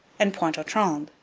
and pointe aux trembles,